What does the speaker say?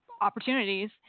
opportunities